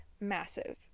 massive